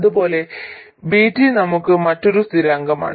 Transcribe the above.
അതുപോലെ VT നമുക്ക് മറ്റൊരു സ്ഥിരാങ്കമാണ്